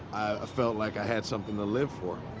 felt like i had something to live for.